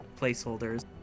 placeholders